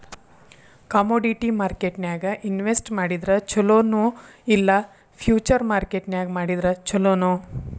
Commodity ಮಾರ್ಕೆಟ್ನ್ಯಾಗ್ invest ಮಾಡಿದ್ರ ಛೊಲೊ ನೊ ಇಲ್ಲಾ ಫ್ಯುಚರ್ ಮಾರ್ಕೆಟ್ ನ್ಯಾಗ್ ಮಾಡಿದ್ರ ಛಲೊನೊ?